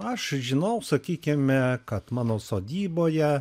aš žinau sakykime kad mano sodyboje